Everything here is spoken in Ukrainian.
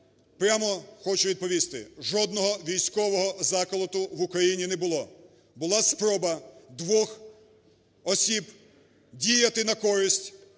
прямо хочу відповісти: жодного військового заколоту в Україні не було. Була спроба двох осіб діяти на користь